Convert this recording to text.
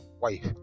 wife